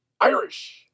Irish